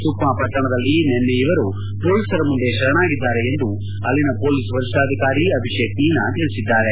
ಸುಕ್ನಾ ಪಟ್ಟಣದಲ್ಲಿ ನಿನ್ನೆ ಇವರು ಹೊಲೀಸರ ಮುಂದೆ ಶರಣಾಗಿದ್ದಾರೆ ಎಂದು ಅಲ್ಲಿನ ಪೊಲೀಸ್ ವರಿಷ್ಠಾಧಿಕಾರಿ ಅಭಿಷೇಕ್ ಮೀನಾ ತಿಳಿಸಿದ್ದಾರೆ